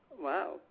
Wow